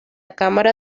cámara